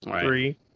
three